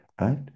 right